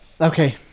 okay